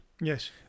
Yes